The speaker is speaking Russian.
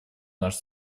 наш